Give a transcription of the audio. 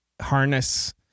harness